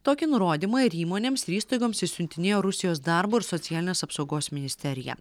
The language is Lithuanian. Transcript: tokį nurodymą ir įmonėms ir įstaigoms išsiuntinėjo rusijos darbo ir socialinės apsaugos ministerija